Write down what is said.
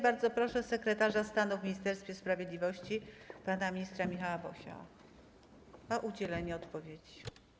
Bardzo proszę sekretarza stanu w Ministerstwie Sprawiedliwości pana ministra Michała Wosia o udzielenie odpowiedzi.